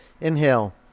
Inhale